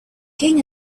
king